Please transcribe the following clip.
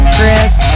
Chris